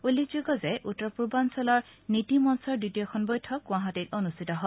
উল্লেখযোগ্য যে উত্তৰ পূৰ্বাঞলৰ নিটি মঞ্চৰ দ্বিতীয়খন বৈঠক গুৱাহাটীত অনুষ্ঠিত হয়